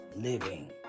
living